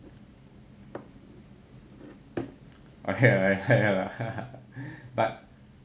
I had right ya lah haha but